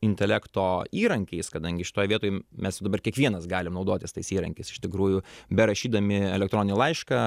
intelekto įrankiais kadangi šitoj vietoj mes jau dabar kiekvienas galim naudotis tais įrankiais iš tikrųjų berašydami elektroninį laišką